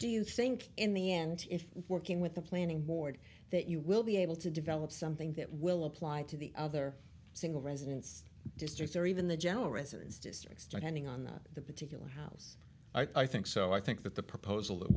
do you think in the end if working with the planning board that you will be able to develop something that will apply to the other single residence districts or even the general residence districts start handing on the particular house i think so i think that the proposal that